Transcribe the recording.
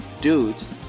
Dudes